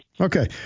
okay